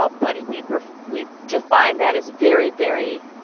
but but we we define that as very very.